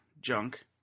junk